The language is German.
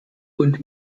und